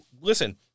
listen